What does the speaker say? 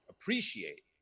appreciate